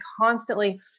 constantly